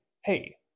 Hey